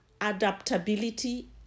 adaptability